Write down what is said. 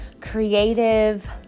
creative